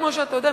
כמו שאתה יודע,